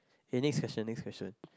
K next question next question